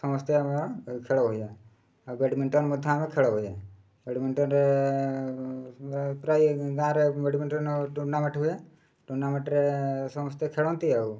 ସମସ୍ତେ ଆମର ଖେଳ ହୁଏ ଆଉ ବ୍ୟାଡ଼୍ମିଣ୍ଟନ୍ ମଧ୍ୟ ଆମେ ଖେଳ ହୁଏ ବ୍ୟାଡ଼୍ମିଣ୍ଟନ୍ରେ ପ୍ରାୟ ଗାଁରେ ବ୍ୟାଡ଼୍ମିଣ୍ଟନ୍ ଟୁର୍ଣ୍ଣାମେଣ୍ଟ୍ ହୁଏ ଟୁର୍ଣ୍ଣାମେଣ୍ଟ୍ରେ ସମସ୍ତେ ଖେଳନ୍ତି ଆଉ